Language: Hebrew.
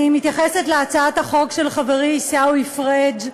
אני מתייחסת להצעת החוק של חברי עיסאווי פריג'